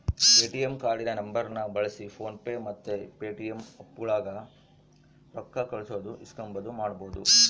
ATM ಕಾರ್ಡಿನ ನಂಬರ್ನ ಬಳ್ಸಿ ಫೋನ್ ಪೇ ಮತ್ತೆ ಪೇಟಿಎಮ್ ಆಪ್ಗುಳಾಗ ರೊಕ್ಕ ಕಳ್ಸೋದು ಇಸ್ಕಂಬದು ಮಾಡ್ಬಹುದು